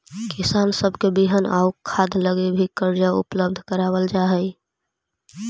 किसान सब के बिहन आउ खाद लागी भी कर्जा उपलब्ध कराबल जा हई